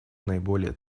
наиболее